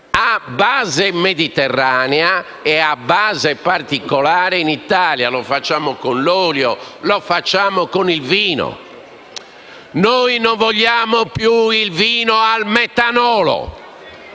ha base mediterranea e ha base particolare in Italia: lo facciamo con l'olio, con il vino. Noi non vogliamo più il vino al metanolo